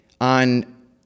on